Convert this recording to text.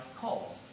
call